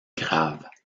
graves